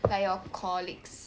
like your colleagues